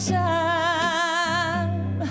time